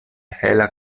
hela